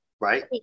Right